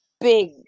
big